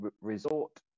resort